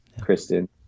Kristen